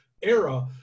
era